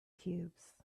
cubes